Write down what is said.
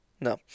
No